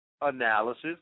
analysis